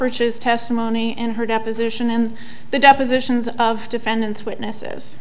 riches testimony and her deposition in the depositions of defendants witnesses